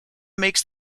makes